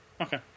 Okay